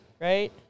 right